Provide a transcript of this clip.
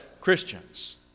Christians